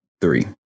three